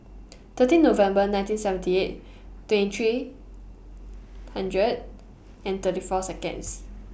thirteen November nineteen seventy eight twenty three hundred and thirty four Seconds